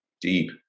Deep